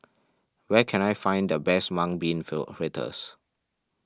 where can I find the best Mung Bean feel fritters